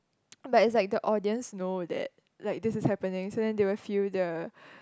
but it's like the audience know that like this is happening so then they will feel the